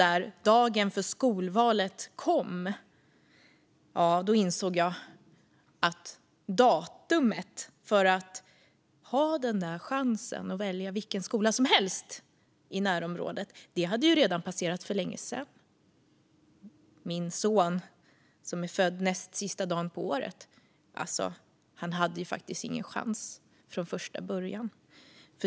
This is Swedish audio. När dagen för skolvalet kom insåg jag att datumet för att ha den där chansen att välja vilken skola som helst i närområdet hade passerat för länge sedan. Min son som är född näst sista dagen på året hade faktiskt ingen chans ens från första början.